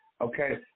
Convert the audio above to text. okay